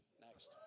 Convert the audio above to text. Next